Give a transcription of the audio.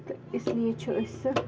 تہٕ اس لیے چھُ أسۍ سُہ